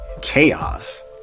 chaos